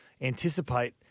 anticipate